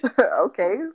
Okay